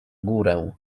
górę